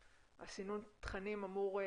הסינון תכנים אמור לספק?